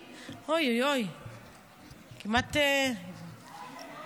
כמה שמירב